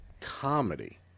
comedy